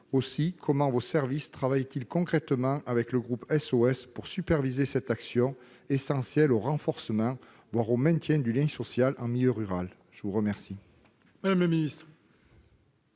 élus ? Comment vos services travaillent-ils concrètement avec le groupe SOS pour superviser cette action essentielle au renforcement sinon au maintien du lien social en milieu rural ? La parole